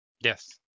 yes